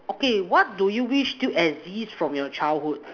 okay what do you wish still exist from your childhood